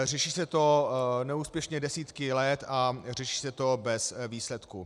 Řeší se to neúspěšně desítky let a řeší se to bez výsledků.